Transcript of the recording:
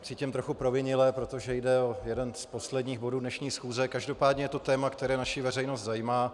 Cítím se trochu provinile, protože jde o jeden z posledních bodů dnešní schůze, každopádně je to téma, které naši veřejnost zajímá.